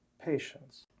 patience